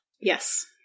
Yes